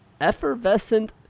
Effervescent